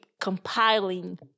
compiling